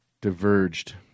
diverged